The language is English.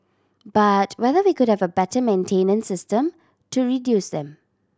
but whether we could have a better maintenance system to reduce them